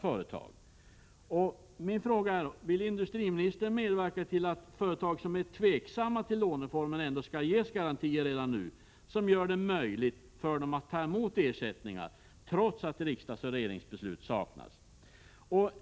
Vill industriministern medverka till att företag som är tveksamma till låneformen ändå skall ges garantier redan nu som gör det möjligt för dem att ta emot ersättningar trots att riksdagsoch regeringsbeslut saknas?